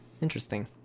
Interesting